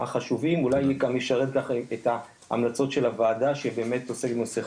החשובים ואולי את ההמלצות של הוועדה שבאמת עוסקת בדבר חשוב.